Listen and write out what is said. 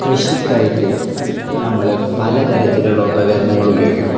കൃഷിക്കായിട്ട് നമ്മൾ പലതരത്തിലുള്ള ഉപകരണങ്ങൾ ഉപയോഗിക്കും